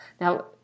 Now